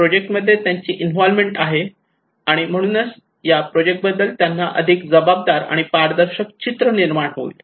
project मध्ये त्यांची involvement आहे आणि म्हणूनच या प्रोजेक्ट बद्दल त्यांना अधिक जबाबदार आणि पारदर्शक चित्र निर्माण होईल